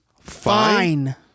Fine